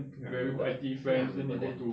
I think I remember think I remember them